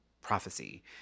prophecy